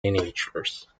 miniatures